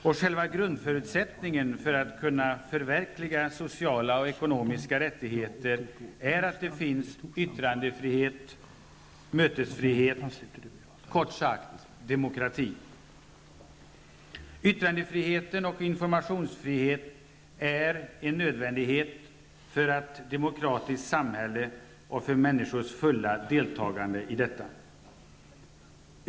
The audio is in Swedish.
Och själva grundförutsättningen för att kunna förverkliga sociala och ekonomiska rättigheter är att det finns yttrandefrihet, mötesfrihet; kort sagt: Yttrandefrihet och informationsfrihet är en nödvändighet för ett demokraiskt samhälle och för människors fulla deltagande i ett sådant samhälle.